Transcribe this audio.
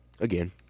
Again